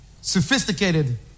sophisticated